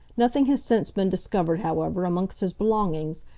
nothing has since been discovered, however, amongst his belongings,